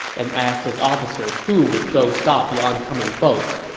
and asked his officers who would go stop the oncoming boats.